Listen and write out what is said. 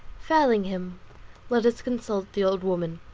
failing him let us consult the old woman.